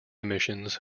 emissions